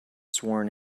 sworn